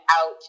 out